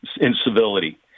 incivility